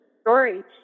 story